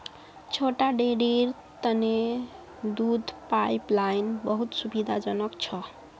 छोटा डेरीर तने दूध पाइपलाइन बहुत सुविधाजनक छ